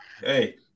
hey